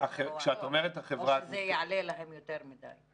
זה יעלה להם יותר מדי?